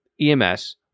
EMS